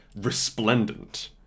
resplendent